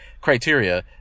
criteria